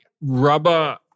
rubber